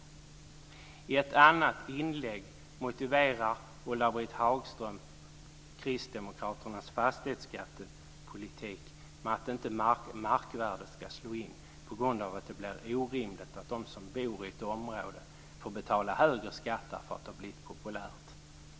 I ett annat inlägg motiverar hon kristdemokraternas fastighetsskattepolitik med att markvärdet inte ska få slå igenom på grund av att det blir orimligt att de som bor i ett område får betala högre skatt därför att området blivit populärt.